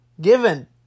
given